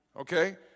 okay